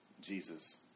Jesus